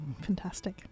Fantastic